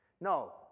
No